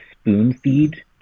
spoon-feed